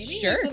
Sure